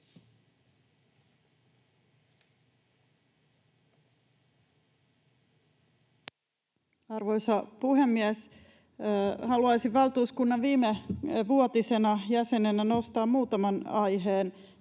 Arvoisa puhemies! Haluaisin valtuuskunnan viimevuotisena jäsenenä nostaa muutaman aiheen,